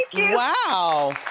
wow.